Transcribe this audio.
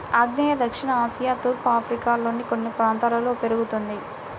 ఆగ్నేయ దక్షిణ ఆసియా తూర్పు ఆఫ్రికాలోని కొన్ని ప్రాంతాల్లో పెరుగుతుంది